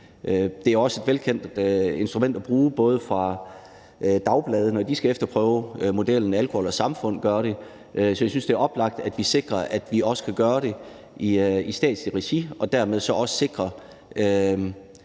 Det er også et velkendt instrument at bruge for dagbladene, når de skal undersøge det, og Alkohol & Samfund bruger det. Så jeg synes, det er oplagt, at vi sikrer, at vi også kan gøre det i statsligt regi, og dermed også sikrer